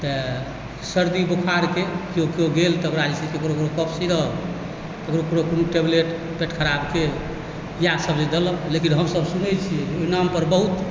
तऽ सर्दी बोखारके केओ केओ गेल तऽ ओकरा ककरो ककरो एगो कफ सिरप ककरो ककरो कोनो टेबलेट पेट खराबके इएह सब जे देलक लेकिन हमसब सुनै छियै जे ओहि नामपर बहुत